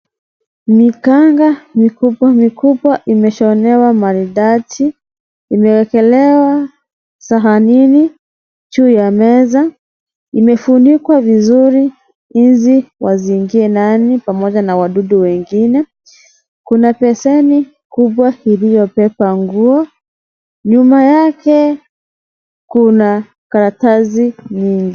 Mikanga mikubwa mikubwa imeshinewa maridadi, inewekelewa sahanini juu ya meza. Imefunikwa vizuri nzi wasiingie ndani pamoja na wadudu wengine. Kuna basheni kubwa iliyo beba nguo. Nyuma yake Kuna karatasi mingi.